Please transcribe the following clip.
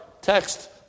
text